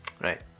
Right